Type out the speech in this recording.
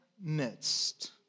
midst